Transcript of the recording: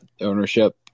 ownership